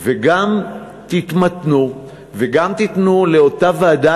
וגם תתמתנו וגם תיתנו לאותה ועדה,